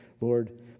Lord